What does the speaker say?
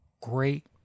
great